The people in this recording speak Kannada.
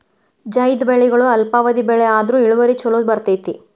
ಝೈದ್ ಬೆಳೆಗಳು ಅಲ್ಪಾವಧಿ ಬೆಳೆ ಆದ್ರು ಇಳುವರಿ ಚುಲೋ ಬರ್ತೈತಿ